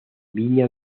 viña